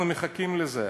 אנחנו מחכים לזה.